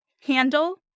handle